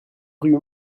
rue